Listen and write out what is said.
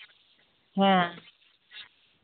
ᱦᱮᱸ